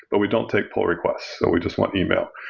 but we don't take pull request, so we just want email.